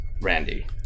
Randy